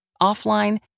offline